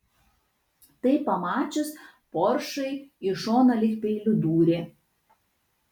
tai pamačius poršai į šoną lyg peiliu dūrė